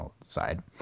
side